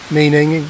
meaning